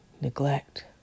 neglect